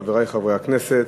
חברי חברי הכנסת,